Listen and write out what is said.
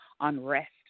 unrest